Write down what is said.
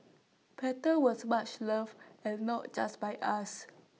paddles was much loved and not just by us